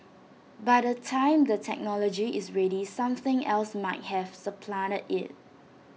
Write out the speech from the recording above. by the time the technology is ready something else might have supplanted IT